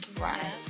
Right